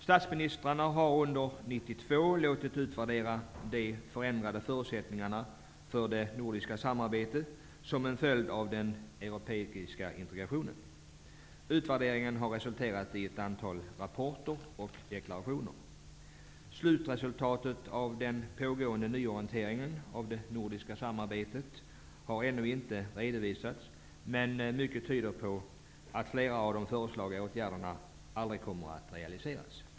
Statsministrarna har under 1992 låtit utvärdera de som en följd av den europeiska integrationen förändrade förutsättningarna för det nordiska samarbetet. Utvärderingen har resulterat i ett antal rapporter och deklarationer. Slutresultatet av den pågående nyorienteringen av det nordiska samarbetet har ännu inte redovisats, men mycket tyder på att flera av de föreslagna åtgärderna aldrig kommer att realiseras.